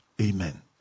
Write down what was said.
amen